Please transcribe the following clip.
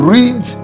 Read